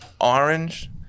orange